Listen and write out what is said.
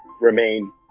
remain